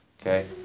Okay